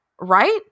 right